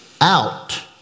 out